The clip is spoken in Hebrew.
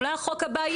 אולי החוק יהיה